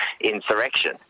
insurrection